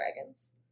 dragons